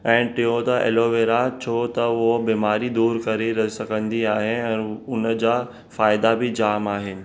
ऐं टियो त एलोवेरा छो त हू बीमारी दूर करी रस कंदी आहे ऐं उनजा फ़ाइदा बि जामु आहिनि